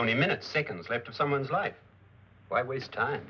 only minutes seconds after someone's life why waste time